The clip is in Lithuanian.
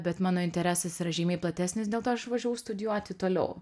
bet mano interesas yra žymiai platesnis dėl to aš išvažiavau studijuoti toliau